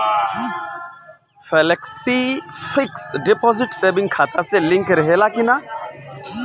Flexi fix deposit saving खाता से link रहले कि ना?